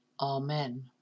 Amen